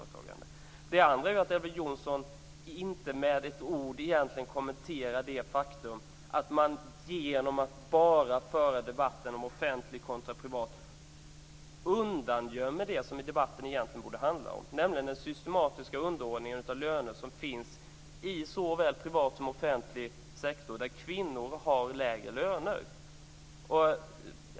Elver Jonsson kommenterade inte med ett ord att man genom att bara föra debatt om offentligt kontra privat undangömmer det som debatten egentligen borde handla om, nämligen den systematiska underordningen av löner som finns i såväl privat som offentlig sektor där kvinnor har lägre löner.